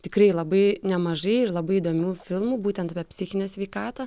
tikrai labai nemažai ir labai įdomių filmų būtent apie psichinę sveikatą